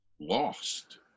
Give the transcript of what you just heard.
lost